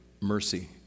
Mercy